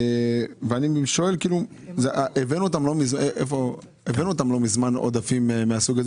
לא מזמן הבאנו עודפים מהסוג הזה,